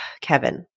Kevin